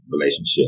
relationship